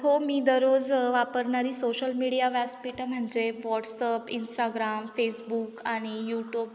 हो मी दररोज वापरणारी सोशल मीडिया व्यासपीठं म्हणजे व्हॉट्सअप इंस्टाग्राम फेसबुक आणि यूट्यूब